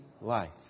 life